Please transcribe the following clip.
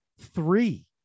three